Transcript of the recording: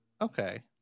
okay